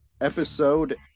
episode